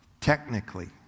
technically